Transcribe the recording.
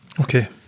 Okay